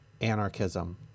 Anarchism